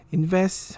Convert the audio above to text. invest